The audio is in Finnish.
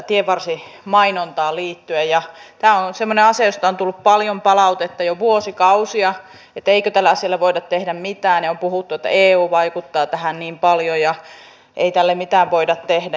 tämä on semmoinen asia josta on tullut paljon palautetta jo vuosikausia eikö tälle asialle voida tehdä mitään ja on puhuttu että eu vaikuttaa tähän niin paljon ja ei tälle mitään voida tehdä